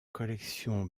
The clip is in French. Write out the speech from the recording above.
collection